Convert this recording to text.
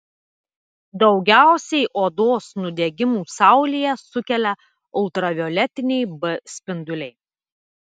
daugiausiai odos nudegimų saulėje sukelia ultravioletiniai b spinduliai